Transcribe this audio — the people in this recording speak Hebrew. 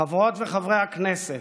חברות וחברי הכנסת,